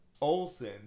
Olson